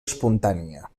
espontània